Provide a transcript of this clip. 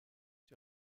die